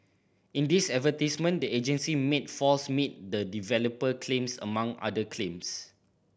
in these advertisements the agency made false meet the developer claims among other claims